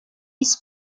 his